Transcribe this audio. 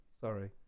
sorry